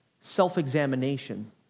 self-examination